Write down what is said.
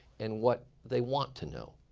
and what they want to know.